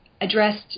addressed